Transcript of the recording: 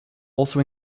also